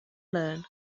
learn